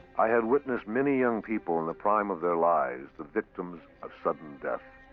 i had witnessed many young people in the prime of their lives the victims of sudden death.